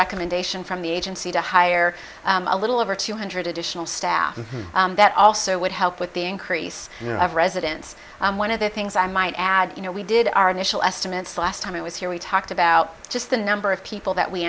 recommendation from the agency to hire a little over two hundred additional staff and that also would help with the increase in your of residence and one of the things i might add you know we did our initial estimates last time it was here we talked about just the number of people that we